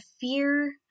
fear